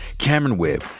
cameron webb,